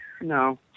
No